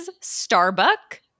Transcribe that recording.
Starbuck